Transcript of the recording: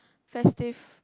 festive